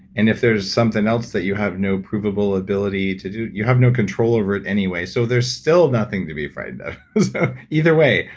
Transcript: and if there's something else that you have no provable ability to do, you have no control over it anyway. so there's still nothing to be frightened of either way.